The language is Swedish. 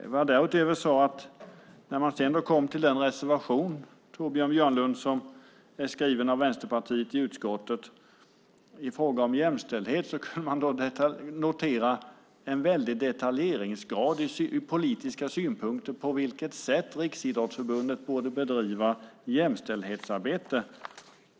Vad jag därutöver sade, Torbjörn Björlund, var att när man kom till den reservation som är skriven av Vänsterpartiet i utskottet i fråga om jämställdhet kunde man notera en väldig detaljeringsgrad i de politiska synpunkterna på hur Riksidrottsförbundet borde bedriva jämställdhetsarbete.